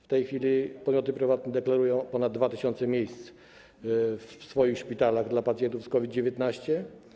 W tej chwili podmioty prywatne deklarują ponad 2 tys. miejsc w swoich szpitalach dla pacjentów z COVID-19.